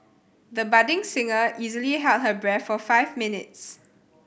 the budding singer easily held her breath for five minutes